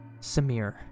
Samir